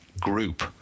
group